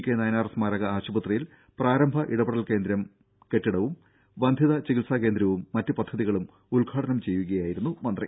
K Nayanar സ്മാരക ആശുപത്രിയിൽ പ്രാരംഭ ഇടപെടൽ കേന്ദ്രം കെട്ടിടവും വന്ധ്യതാ ചികിത്സാ കേന്ദ്രവും മറ്റ് പദ്ധതികളും ഉദ്ഘാടനം ചെയ്യുകയായിരുന്നു മന്ത്രി